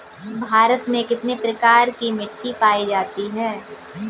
भारत में कितने प्रकार की मिट्टी पाई जाती है?